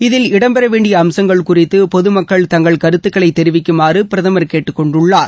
இதில் இடம்பெற வேண்டிய அம்சங்கள் குறித்து பொதுமக்கள் தங்கள் கருத்துக்களைத் தெரிவிக்குமாறு பிரதமர் கேட்டுக் கொண்டுள்ளார்